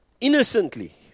innocently